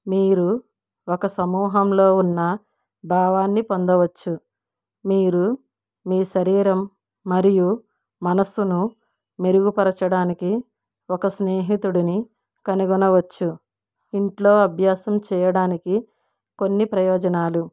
మీరు ఒక సమూహంలో ఉన్న భావాన్ని పొందవచ్చు మీరు మీ శరీరం మరియు మనసును మెరుగు పరచడానికి ఒక స్నేహితుడిని కనుగొనవచ్చు ఇంట్లో అభ్యాసం చేయడానికి కొన్ని ప్రయోజనాలు